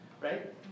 Right